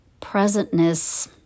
Presentness